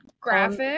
graphic